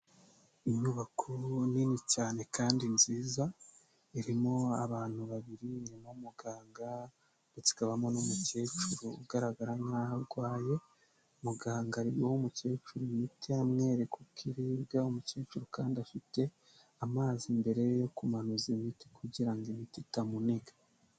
Inyubako nini cyane kandi nziza irimo abantu babiri irimo muganga ndetse ikabamo n'umukecuru ugaragara nk'aho arwaye muganga arimo guha umukecuru imiti amwereka uko iribwa umukecuru kandi afite amazi imbere ye yo kumanuza imiti kugirango imiti itamuniga.